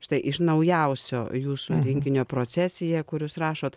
štai iš naujausio jūsų renginio procesija kur jūs rašot